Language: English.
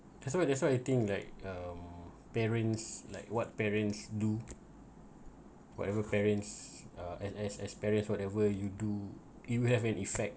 that's why that's why think like um parents like what parents do whatever parents uh as as as parents whatever you do you have an effect